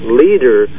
leader